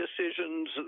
decisions